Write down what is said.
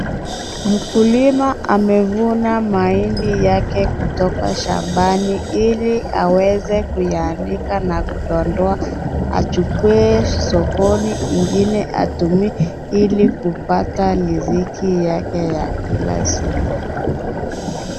Mukulima amevuna mahindi yake kutoka shambani, ili aweze kuyaanika na kudondoa, achukue sokoni ngine atumie, ili, kupata liziki yake ya kila siku.